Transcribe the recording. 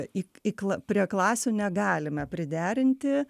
į į kl prie klasių negalime priderinti